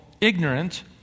ignorant